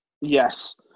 Yes